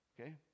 Okay